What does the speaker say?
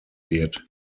wird